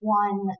one